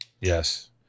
Yes